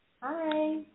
Hi